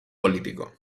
político